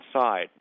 side